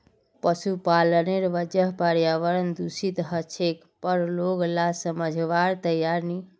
पशुपालनेर वजह पर्यावरण दूषित ह छेक पर लोग ला समझवार तैयार नी